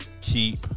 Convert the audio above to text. Keep